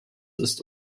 ist